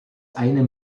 eine